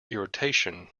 irritation